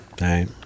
right